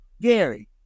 Gary